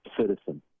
citizen